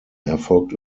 erfolgt